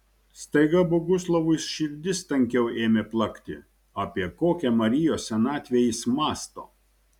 staiga boguslavui širdis tankiau ėmė plakti apie kokią marijos senatvę jis mąsto